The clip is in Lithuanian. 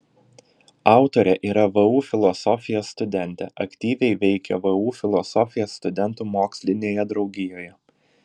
autorė yra vu filosofijos studentė aktyviai veikia vu filosofijos studentų mokslinėje draugijoje